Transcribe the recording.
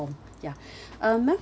ya um ma'am